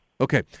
Okay